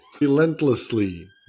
relentlessly